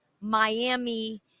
Miami